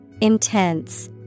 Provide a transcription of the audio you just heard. Intense